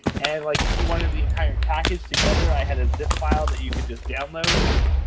and, like, if you wanted the entire package together i had a zip file that you could just download. and,